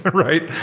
right?